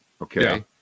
okay